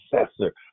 successor